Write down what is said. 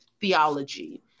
theology